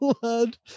blood